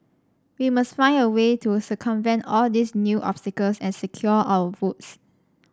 we must find a way to circumvent all these new obstacles and secure our votes